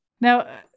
Now